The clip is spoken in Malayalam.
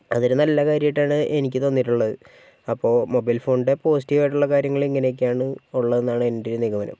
അതൊരു നല്ല കാര്യമായിട്ടാണ് എനിക്ക് തോന്നിയിട്ടുള്ളത് അപ്പോൾ മൊബൈൽ ഫോണിൻ്റെ പോസിറ്റീവ് ആയിട്ടുള്ള കാര്യങ്ങളിങ്ങനൊക്കെയാണ് ഉള്ളെതെന്നാണ് എൻ്റെയൊരു നിഗമനം